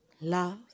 Love